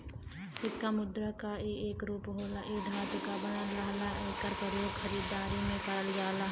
सिक्का मुद्रा क एक रूप होला इ धातु क बनल रहला एकर प्रयोग खरीदारी में करल जाला